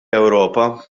ewropa